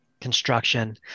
construction